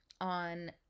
on